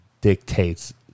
dictates